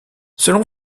selon